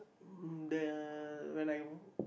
the when I